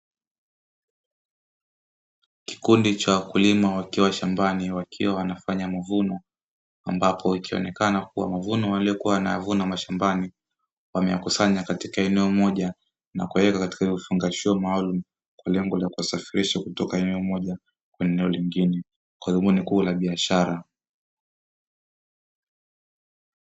Kikundi cha wakulima wakiwa shambani wakiwa wanafanya mavuno ambapo ikionekana kuwa mavuno waliyokua wanayavuna mashambani, wameyakusanya katika eneo moja na kuweka katika vifungashio maalumu kwa lengo la kuyasafirisha kutoka eneo moja kwenda eneo lingine kwa lengo kuu la biashara.